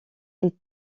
est